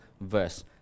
verse